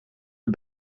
het